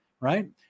right